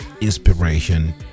inspiration